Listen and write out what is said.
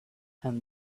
and